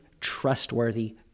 trustworthy